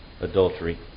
adultery